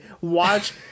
Watch